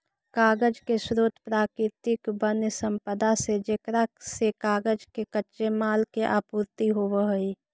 कागज के स्रोत प्राकृतिक वन्यसम्पदा है जेकरा से कागज के कच्चे माल के आपूर्ति होवऽ हई